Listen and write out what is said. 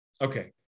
Okay